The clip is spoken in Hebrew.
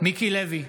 מיקי לוי,